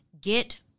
get